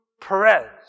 Perez